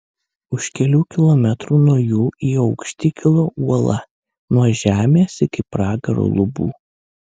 už kelių kilometrų nuo jų į aukštį kilo uola nuo žemės iki pragaro lubų